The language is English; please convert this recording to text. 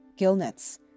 gillnets